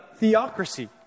theocracy